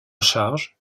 charge